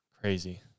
Crazy